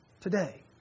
today